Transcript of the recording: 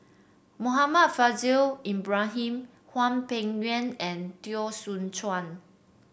Muhammad Faishal Ibrahim Hwang Peng Yuan and Teo Soon Chuan